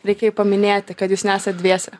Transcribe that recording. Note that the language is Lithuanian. reikia jį paminėti kad jūs nesat dviese